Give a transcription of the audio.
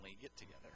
get-together